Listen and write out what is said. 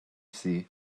see